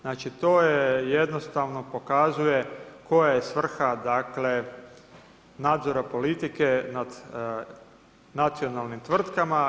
Znači, to je jednostavno pokazuje koja je svrha dakle, nadzora politike nad nacionalnim tvrtkama.